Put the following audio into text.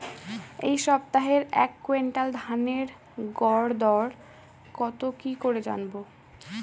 এই সপ্তাহের এক কুইন্টাল ধানের গর দর কত কি করে জানবো?